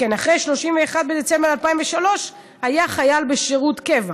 שאחרי 31 בדצמבר 2003 היה חייל בשירות קבע,